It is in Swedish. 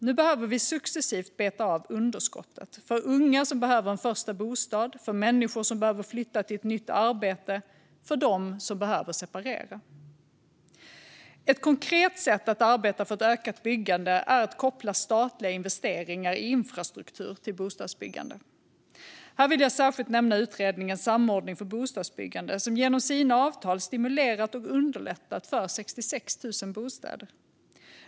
Nu behöver vi successivt beta av underskottet - för unga som behöver en första bostad, för människor som behöver flytta till ett nytt arbete, för dem som behöver separera. Ett konkret sätt att arbeta för ett ökat byggande är att koppla statliga investeringar i infrastruktur till bostadsbyggande. Här vill jag särskilt nämna utredningen Samordning för bostadsbyggande, som genom sina avtal stimulerat och underlättat för 66 000 bostäder.